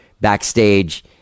backstage